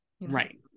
right